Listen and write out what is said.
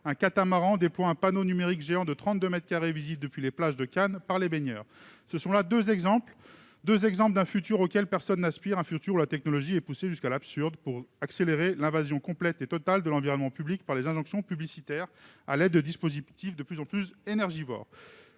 un catamaran déploie un panneau numérique géant de trente-deux mètres carrés visible depuis les plages de Cannes par les baigneurs. Ce sont là deux exemples d'un avenir auquel personne n'aspire, un avenir dans lequel la technologie est poussée jusqu'à l'absurde pour accélérer l'invasion complète et totale de l'environnement public par les injonctions publicitaires, à l'aide de dispositifs de plus en plus énergivores.